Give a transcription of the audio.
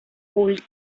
old